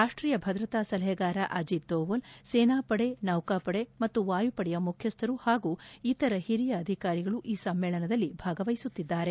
ರಾಷ್ಷೀಯ ಭದ್ರತಾ ಸಲಹೆಗಾರ ಅಜಿತ್ ದೋವಲ್ ಸೇನಾಪಡೆ ನೌಕಾಪಡೆ ಮತ್ತು ವಾಯುಪಡೆಯ ಮುಖ್ಯಸ್ವರು ಹಾಗೂ ಇತರ ಹಿರಿಯ ಅಧಿಕಾರಿಗಳು ಈ ಸಮ್ಮೇಳದನಲ್ಲಿ ಭಾಗವಹಿಸಲಿದ್ದಾರೆ